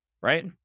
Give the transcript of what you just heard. right